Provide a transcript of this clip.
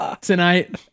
tonight